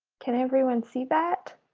can everyone see that?